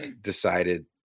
decided